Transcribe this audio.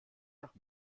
nach